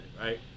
right